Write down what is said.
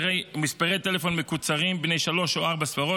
ומספרי טלפון מקוצרים בני שלוש או ארבע ספרות,